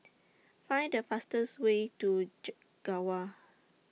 Find The fastest Way to Chek Gawa